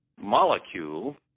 molecule